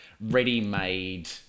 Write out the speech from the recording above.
ready-made